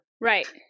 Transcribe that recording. Right